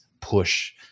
push